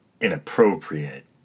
inappropriate